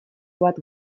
bat